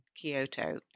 Kyoto